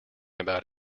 about